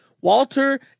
Walter